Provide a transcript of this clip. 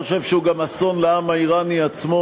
חושב שהוא אסון גם לעם האיראני עצמו,